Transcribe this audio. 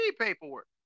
paperwork